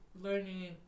learning